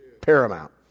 paramount